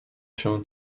się